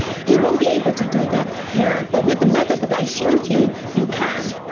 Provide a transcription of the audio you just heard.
you won't be able to do that here. but with the method that i showed you, you can.